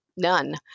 None